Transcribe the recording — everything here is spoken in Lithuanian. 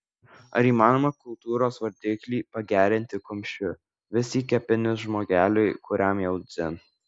ar įmanoma kultūros vardiklį pagerinti kumščiu vis į kepenis žmogeliui kuriam jau dzin